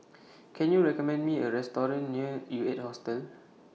Can YOU recommend Me A Restaurant near U eight Hostel